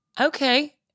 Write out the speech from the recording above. Okay